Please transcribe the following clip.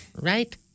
Right